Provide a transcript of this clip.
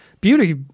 beauty